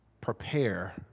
Prepare